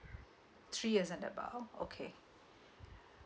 three years and above okay